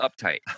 uptight